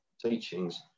teachings